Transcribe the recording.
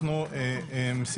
חבר הכנסת בועז טופורובסקי,